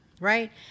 right